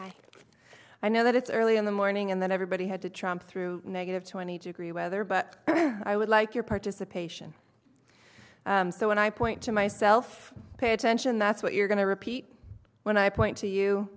you i know that it's early in the morning and then everybody had to chime through negative twenty to agree whether but i would like your participation so when i point to myself pay attention that's what you're going to repeat when i point to you